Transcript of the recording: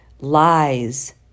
lies